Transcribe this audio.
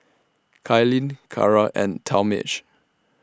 Kailyn Cara and Talmage